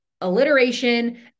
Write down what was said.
alliteration